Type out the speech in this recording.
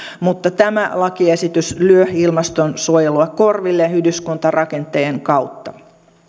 mutta tämä lakiesitys lyö ilmastonsuojelua korville yhdyskuntarakenteen kautta